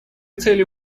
целью